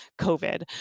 covid